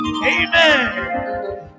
Amen